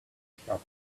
shattered